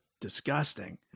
disgusting